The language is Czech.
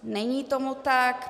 Není tomu tak.